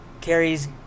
Carrie's